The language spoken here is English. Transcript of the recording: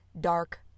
dark